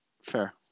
Fair